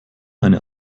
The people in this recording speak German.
eine